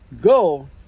Go